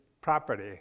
property